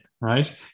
right